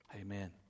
amen